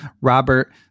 Robert